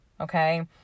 Okay